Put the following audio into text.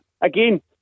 Again